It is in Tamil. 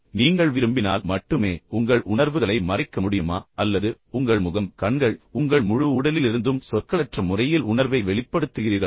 நீங்கள் விரும்பினால் மட்டுமே உங்கள் உணர்வுகளை மறைக்க முடியுமா அல்லது உங்கள் முகம் கண்கள் உங்கள் முழு உடலிலிருந்தும் சொற்களற்ற முறையில் உணர்வை வெளிப்படுத்துகிறீர்களா